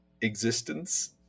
existence